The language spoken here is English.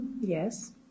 Yes